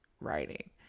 writing